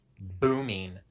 booming